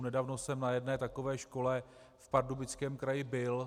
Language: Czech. Nedávno jsem na jedné takové škole v Pardubickém kraji byl.